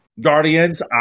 Guardians